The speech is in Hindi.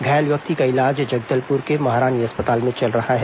घायल व्यक्ति का इलाज जगदलपुर के महारानी अस्पताल में चल रहा है